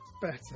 Better